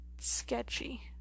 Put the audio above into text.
Sketchy